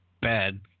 bad